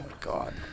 god